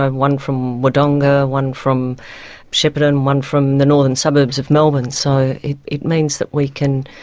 ah one from wodonga, one from shepparton, one from the northern suburbs of melbourne, so it it means that we can,